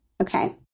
Okay